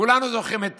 כולנו זוכרים את